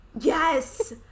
yes